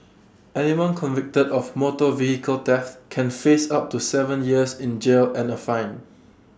anyone convicted of motor vehicle theft can face up to Seven years in jail and A fine